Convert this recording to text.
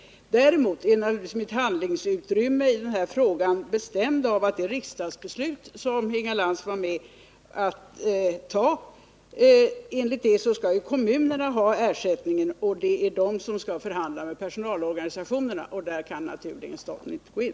Däremot är naturligtvis mitt handlingsutrymme i denna fråga bestämt av att enligt det riksdagsbeslut som Inga Lantz var med om att fatta skall kommunerna ha ersättningen, och det är de som skall förhandla med personalorganisationerna. Där kan staten naturligen inte gå in.